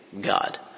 God